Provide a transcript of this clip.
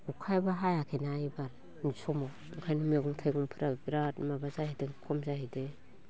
अखायाबो हायाखैना एबारनि समाव इखानो मैगं थाइगंफ्राबो बिराद माबा जाहैदों खम जाहैदो